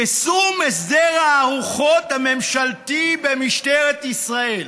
יישום הסדר הארוחות הממשלתי במשטרת ישראל.